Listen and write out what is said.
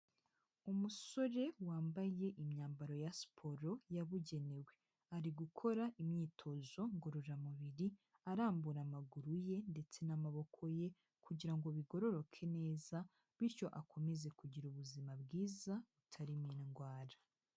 Umusore wambaye imyambaro ya siporo yabugenewe, ari gukora imyitozo ngororamubiri arambura amaguru ye ndetse n'amaboko ye kugira ngo bigororoke neza bityo akomeze kugira ubuzima bwizatam indwara.